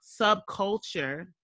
subculture